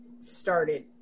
started